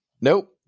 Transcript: nope